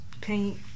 Paint